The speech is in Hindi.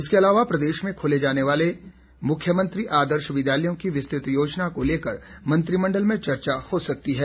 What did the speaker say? इसके अलावा प्रदेश में खोले जाने वाले मुख्यमंत्री आदर्श विद्यालयों की विस्तृत योजना को लेकर मंत्रिमंडल में चर्चा हो सकती है